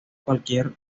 cualquier